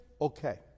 Okay